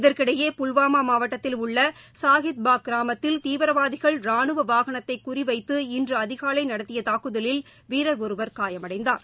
இதற்கிடையே புல்வாமா மாவட்டத்தில் உள்ள சாஹித் பாக் கிராமத்தில் தீவிரவாதிகள் ரானுவ வாகனத்தை குறிவைத்து இன்று அதிகாலை நடத்திய தாக்குதலில் வீரர் ஒருவர் காயமடைந்தார்